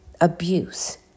abuse